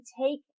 take